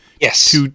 Yes